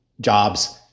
jobs